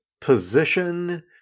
position